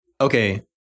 Okay